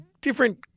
different